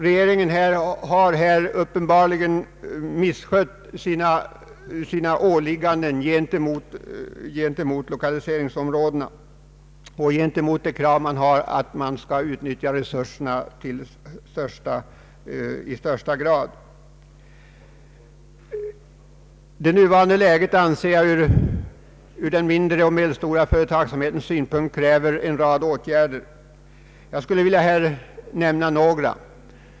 Regeringen har uppenbarligen misskött sina åligganden gentemot lokaliseringsområdena och gentemot kravet på att utnyttja resurserna i full utsträckning. Den mindre och medelstora företagsamhetens nuvarande läge kräver, anser jag, en rad åtgärder, av vilka jag vill nämna några.